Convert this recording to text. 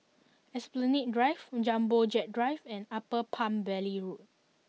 Esplanade Drive Jumbo Jet Drive and Upper Palm Valley Road